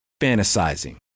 fantasizing